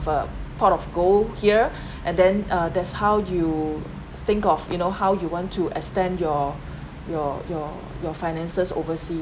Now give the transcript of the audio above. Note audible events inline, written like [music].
uh pot of gold here [breath] and then uh that's how you think of you know how you want to extend your your your your finances overseas